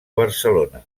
barcelona